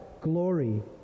glory